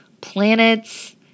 planets